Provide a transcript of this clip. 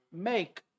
make